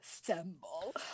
assemble